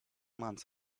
months